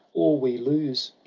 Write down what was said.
or we lose!